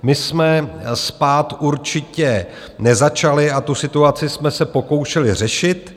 My jsme spát určitě nezačali a tu situaci jsme se pokoušeli řešit.